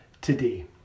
today